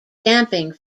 damping